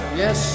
yes